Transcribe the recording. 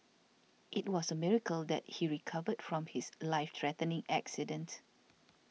it was a miracle that he recovered from his life threatening accident